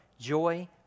joy